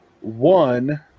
one